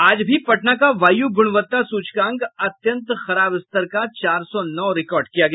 आज भी पटना का वायु गुणवत्ता सूचकांक अत्यंत खराब स्तर का चार सौ नौ रिकार्ड किया गया